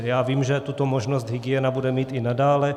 Já vím, že tuto možnost hygiena bude mít i nadále.